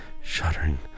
shuddering